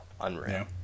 unreal